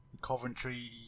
Coventry